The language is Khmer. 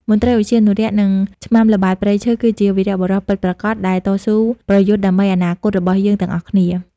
មន្ត្រីឧទ្យានុរក្ស និងឆ្មាំល្បាតព្រៃឈើ គឺជា វីរបុរសពិតប្រាកដ ដែលតស៊ូប្រយុទ្ធដើម្បីអនាគតរបស់យើងទាំងអស់គ្នា។